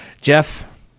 Jeff